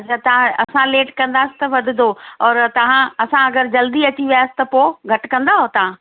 अच्छा तव्हां असां लेट कंदासि त वधंदो और तव्हां असां अगरि जल्दी अची वियासि त पोइ घटि कंदव तव्हां